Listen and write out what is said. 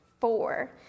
four